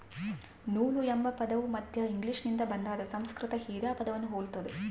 ನೂಲು ಎಂಬ ಪದವು ಮಧ್ಯ ಇಂಗ್ಲಿಷ್ನಿಂದ ಬಂದಾದ ಸಂಸ್ಕೃತ ಹಿರಾ ಪದವನ್ನು ಹೊಲ್ತದ